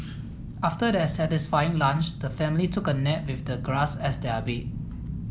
after their satisfying lunch the family took a nap with the grass as their bed